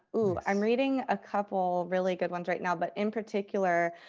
ooh, i'm reading a couple really good ones right now. but in particular,